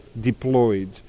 deployed